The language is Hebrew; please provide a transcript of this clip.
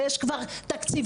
ויש כבר תקציבים,